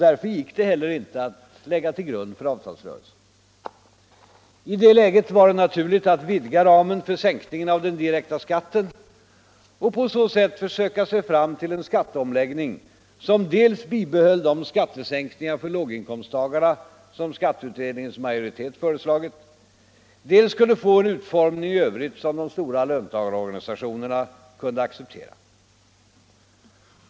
Därför gick det inte heller att lägga det till grund för avtalsrörelsen. I det läget var det naturligt att vidga ramen för sänkningen av den direkta skatten och på så sätt söka sig fram till en skatteomläggning som dels bibehöll de skattesänkningar för låginkomsttagarna som skatteutredningens majoritet föreslagit, dels kunde få en utformning i övrigt som de stora löntagarorganisationerna kunde acceptera.